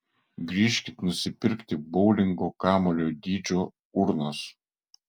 grįžkit nusipirkti boulingo kamuolio dydžio urnos